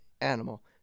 Animal